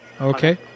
Okay